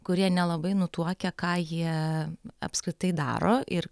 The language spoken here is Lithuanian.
kurie nelabai nutuokia ką jie apskritai daro ir